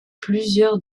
plusieurs